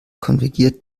konvergiert